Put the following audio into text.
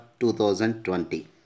2020